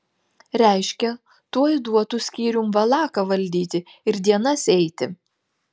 reiškia tuoj duotų skyrium valaką valdyti ir dienas eiti